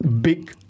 Big